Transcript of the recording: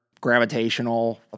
gravitational